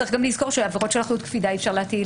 צריך גם לזכור שבעבירות של אחריות קפידה אי אפשר להטיל